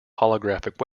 holographic